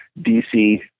DC